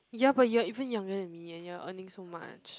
ya but you are even younger than me and you are earning so much